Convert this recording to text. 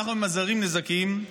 אנחנו ממזערים נזקים,